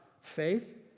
faith